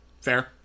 Fair